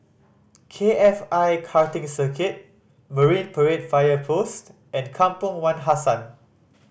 K F I Karting Circuit Marine Parade Fire Post and Kampong Wak Hassan